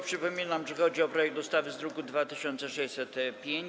Przypominam, że chodzi o projekt ustawy z druku nr 2605.